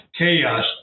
chaos